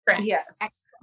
Yes